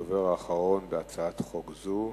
הדובר האחרון בהצעת חוק זו,